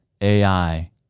AI